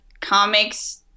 comics